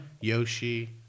Yoshi